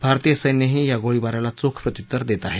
भारतीय सैन्यही या गोळीबाराला चोख प्रत्युत्तर देत आहे